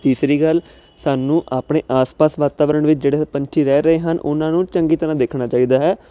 ਤੀਸਰੀ ਗੱਲ ਸਾਨੂੰ ਆਪਣੇ ਆਸ ਪਾਸ ਵਾਤਾਵਰਨ ਵਿੱਚ ਜਿਹੜੇ ਪੰਛੀ ਰਹਿ ਰਹੇ ਹਨ ਉਹਨਾਂ ਨੂੰ ਚੰਗੀ ਤਰ੍ਹਾਂ ਦੇਖਣਾ ਚਾਹੀਦਾ ਹੈ